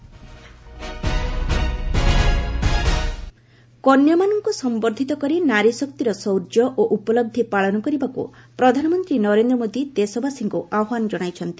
ମନ୍ କୀ ବାତ୍ କନ୍ୟାମାନଙ୍କୁ ସମ୍ଭର୍ଦ୍ଧିତ କରି ନାରୀ ଶକ୍ତିର ଶୌର୍ଯ୍ୟ ଓ ଉପଲହ ପାଳନ କରିବାକୁ ପ୍ରଧାନମନ୍ତ୍ରୀ ନରେନ୍ଦ୍ର ମୋଦି ଦେଶବାସୀଙ୍କୁ ଆହ୍ବାନ ଜଣାଇଛନ୍ତି